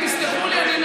תסלחו לי,